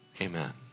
Amen